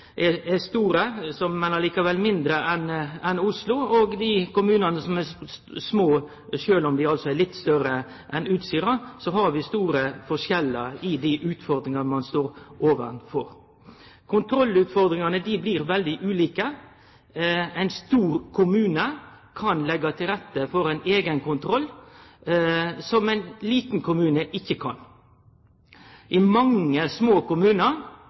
er store, men likevel mindre enn Oslo, og dei kommunane som er små, sjølv om dei er litt større enn Utsira, er det store forskjellar på når det gjeld dei utfordringane ein står overfor. Kontrollutfordringane blir veldig ulike. Ein stor kommune kan leggje til rette for ein eigenkontroll, noko som ein liten kommune ikkje kan. I mange små kommunar